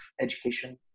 education